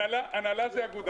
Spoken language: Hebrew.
הנהלה זה האגודה.